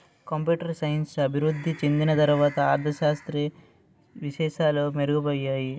computer science అభివృద్ధి చెందిన తర్వాత అర్ధ శాస్త్ర విశేషాలు మెరుగయ్యాయి